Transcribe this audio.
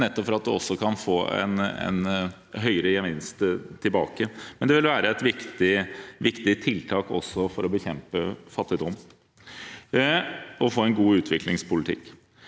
nettopp for at det kan gi en høyere gevinst tilbake. Det vil være et viktig tiltak også for å bekjempe fattigdom og for å få en god utviklingspolitikk.